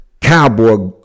cowboy